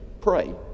pray